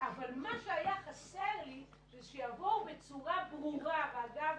אבל מה שהיה חסר לי זה שיבואו בצורה ברורה ואגב,